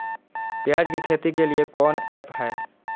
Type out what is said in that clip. प्याज के खेती के लिए कौन ऐप हाय?